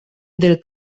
del